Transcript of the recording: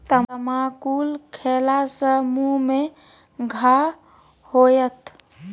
तमाकुल खेला सँ मुँह मे घाह होएत